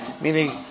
meaning